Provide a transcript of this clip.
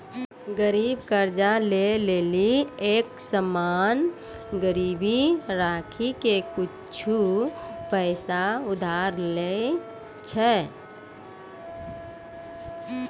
गरीब कर्जा ले लेली एक सामान गिरबी राखी के कुछु पैसा उधार लै छै